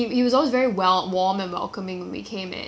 and uh I remember at some time um